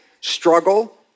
struggle